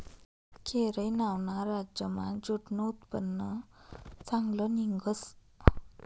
केरय नावना राज्यमा ज्यूटनं उत्पन्न चांगलं निंघस